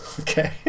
Okay